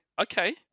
Okay